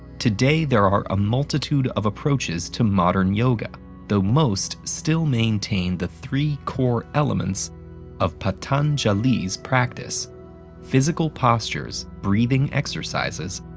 today, there are a multitude of approaches to modern yoga though most still maintain the three core elements of patanjali's practice physical postures, breathing exercises,